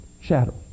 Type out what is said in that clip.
shadow